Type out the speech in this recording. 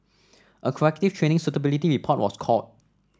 a corrective training suitability report was called